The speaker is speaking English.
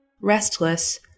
restless